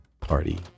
party